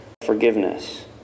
Forgiveness